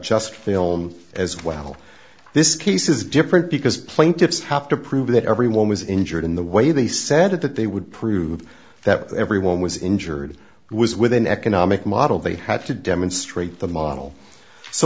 just film as well this case is different because plaintiffs have to prove that everyone was injured in the way they said that they would prove that everyone was injured was with an economic model they had to demonstrate the model so